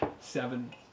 Seven